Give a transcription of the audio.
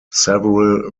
several